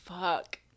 Fuck